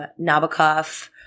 Nabokov